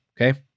okay